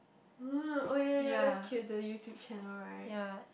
uh oh yea yea that's cute the YouTube channel right